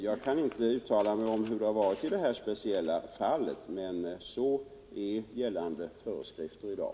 Jag kan inte uttala mig om hur det varit i detta speciella fall, men så är gällande föreskrifter i dag.